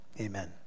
amen